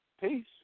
Peace